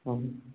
हां